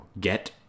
get